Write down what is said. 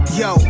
yo